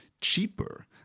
cheaper